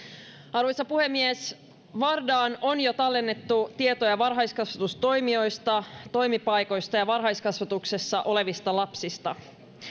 arvoisa puhemies vardaan on jo tallennettu tietoja varhaiskasvatustoimijoista toimipaikoista ja ja varhaiskasvatuksessa olevista lapsista